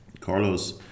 Carlos